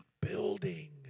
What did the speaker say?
building